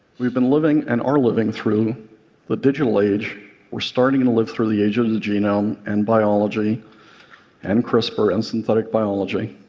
we've been living and are living through the digital age we're starting to live through the age of the genome and biology and crispr and synthetic biology